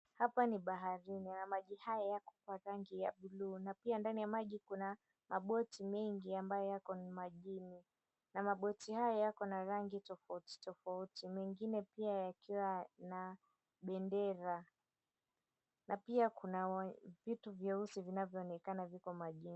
Hapa ni baharini na maji haya yako kwa rangi ya buluu, na pia ndani ya maji kuna maboti mengi ambayo yako ni majini, na maboti haya yako na rangi tofauti tofauti, mengine pia ya kila na bendera. Na pia kuna vitu vyeusi vinavyoonekana viko maji.